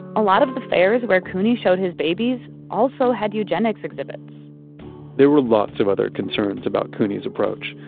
a lot of the fairs where couney showed his babies also had eugenics exhibits there were lots of other concerns about couney's approach.